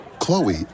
Chloe